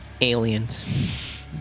aliens